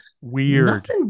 weird